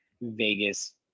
vegas